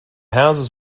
houses